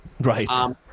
Right